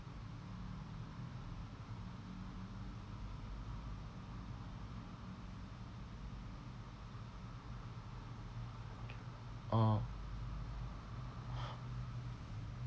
uh